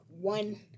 one